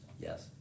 Yes